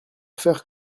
faire